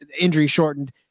injury-shortened